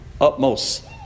utmost